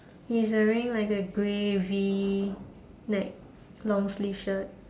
he is wearing a grey V neck long sleeve shirt